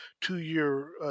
two-year